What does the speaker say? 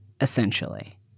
essentially